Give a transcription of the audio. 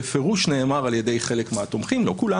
בפירוש נאמר על ידי חלק מהתומכים לא כולם